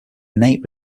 innate